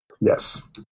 Yes